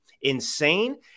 insane